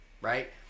right